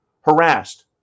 harassed